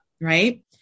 right